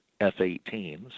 F-18s